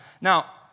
Now